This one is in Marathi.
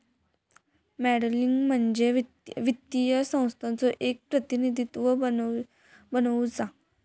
मॉडलिंग म्हणजे वित्तीय स्थितीचो एक प्रतिनिधित्व बनवुचा